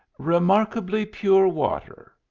remarkably pure water,